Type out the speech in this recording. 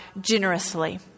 generously